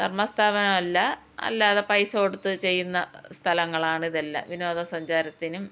ധർമ്മസ്ഥാപനം അല്ല അല്ലാത പൈസ കൊടുത്ത് ചെയ്യുന്ന സ്ഥലങ്ങളാണ് ഇതെല്ലാം വിനോദസഞ്ചാരത്തിനും